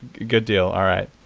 good deal. all right.